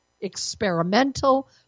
experimental